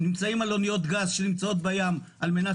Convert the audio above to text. נמצאים על אניות גז שנמצאות בים על מנת